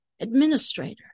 administrator